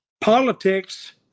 politics